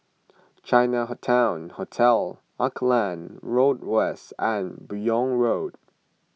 Chinatown Hotel Auckland Road West and Buyong Road